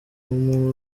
umuntu